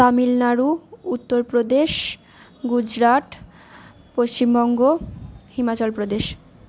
Tamil Nadu Uttar Pradesh Gujarat Paschimbanga Himachal Pradesh